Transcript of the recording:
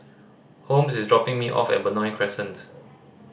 Holmes is dropping me off at Benoi Crescent